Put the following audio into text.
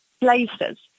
places